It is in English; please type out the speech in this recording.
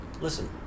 Listen